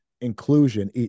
inclusion